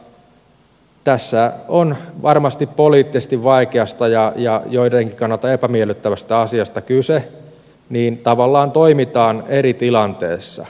koska tässä on varmasti poliittisesti vaikeasta ja joidenkin kannalta epämiellyttävästä asiasta kyse niin tavallaan toimitaan eri tilanteessa